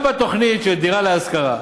גם בתוכנית "דירה להשכיר",